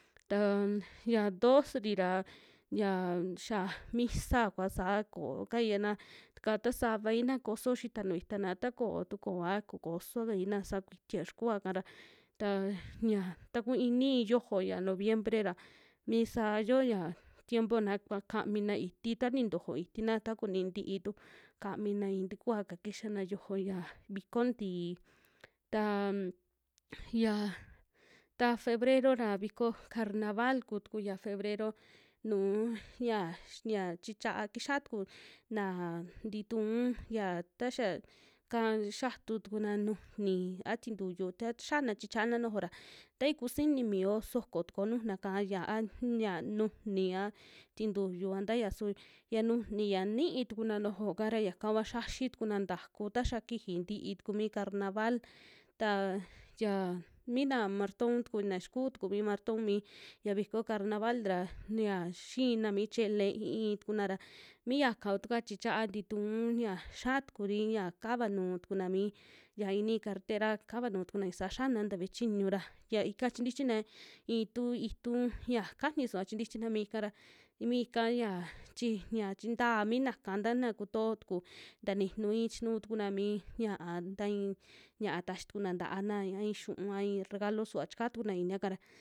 Tan ya dos'ri ra yaa xiia misa kua saa kookaiya na ka ta savaina koso xita nuu itana ta kootu koa, ko kosokaina saa kuitia xikua'ka ra taa ñia taku i'i nii yojo ya noviembre ra mi saa yoya tiempona ku kamina iti ta nintojo itina, ta koni tiitu kamina i'i tikua'ka kixiana yojo ya viko ntii, taam ya ta febrero ra viko carnaval kutuku ya febrero nuu ya xi, ya chicha kixia tuku naa titu'un ya taxa kaa xiatu tukuna nujuni a tintuyu ta xiana tichiana nujuo ra, tai kusini mio soko tukuo nujuna'ka a ya, aa ya nujuni a tintuyu antaya suu, yia nujuni yia ni'i tukuna nujuoka ra yaka kua xixi tukuna ntaku taxia kiji ntii tuku mi carnaval, ta ya mina marton tuku na xikuu tuku mi marton, mi ya viko carnaval ra nia xiina mi chele i'i' i'i tukuna ra miaka kutukua chichaa ntitu'un ya xia tukuri ya kava nuu tukuna mii, ya iin nii kartera kava nuu tukuna isa xian ta ve'e chiñu ra, ya ika chintichina i'i tuu ituu ya kajni suva chintichina miika ra mii ika yaa chi ya, chi ntaa mina'ka tana kutoo tuku taninuii chinu tukuna mi ña'a, tai ña'a taxi tukuna nta'ana a i'i yu'un a i'i regalo suva chikaa tukuna iniaka ra.